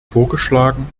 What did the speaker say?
vorgeschlagen